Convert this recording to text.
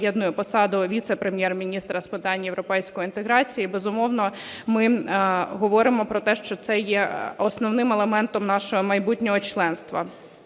поєдную посаду Віце-прем'єр-міністра з питань європейської інтеграції, безумовно, ми говоримо про те, що це є основним елементом нашого майбутнього членства.